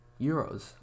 Euros